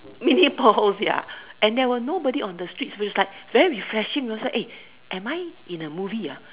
mini pause ya and there were nobody on the streets it was like very refreshing you know so eh am I in a movie ah